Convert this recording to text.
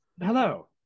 Hello